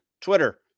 Twitter